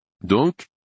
Donc